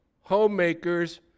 homemakers